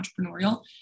entrepreneurial